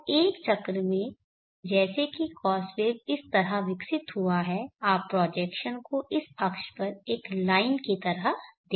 तो एक चक्र में जैसे कि कॉस वेव इस तरह विकसित हुआ है आप प्रोजेक्शन को इस अक्ष पर एक लाइन की तरह देखेंगे